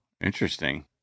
Interesting